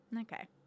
Okay